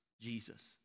Jesus